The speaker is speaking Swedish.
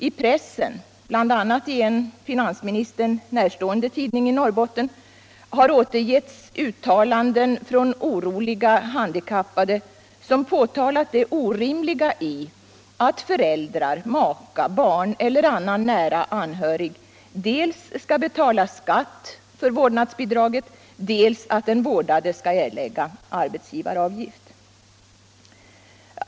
I pressen, bl.a. i en finansministern närstående tidning i Norrbotten, har det återgetts uttalanden från oroliga handikappade, som påtalat det orimliga i dels att förälder, maka, barn eller annan nära anhörig skall betala skatt för vårdnadsbidraget, dels att den vårdade skall erlägga arbetsgivaravgift.